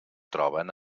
troben